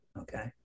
okay